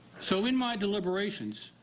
so in my deliberations,